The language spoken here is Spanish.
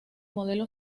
modelo